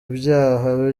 ibyaha